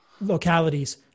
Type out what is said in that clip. localities